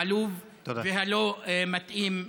העלוב והלא-מתאים הזה.